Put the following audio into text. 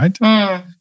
right